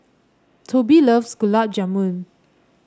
Tobie loves Gulab Jamun